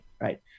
right